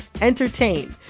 entertain